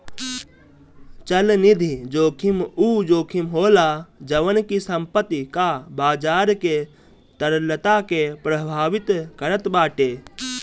चलनिधि जोखिम उ जोखिम होला जवन की संपत्ति कअ बाजार के तरलता के प्रभावित करत बाटे